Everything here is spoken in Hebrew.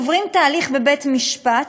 עוברים תהליך בבית-משפט,